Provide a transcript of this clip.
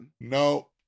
No